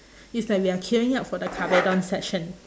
is like we are queuing up for the kabedon section